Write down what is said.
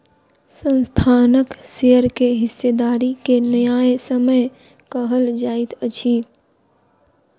संस्थानक शेयर के हिस्सेदारी के न्यायसम्य कहल जाइत अछि